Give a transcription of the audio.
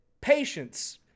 patience